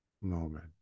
moment